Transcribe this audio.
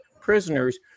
prisoners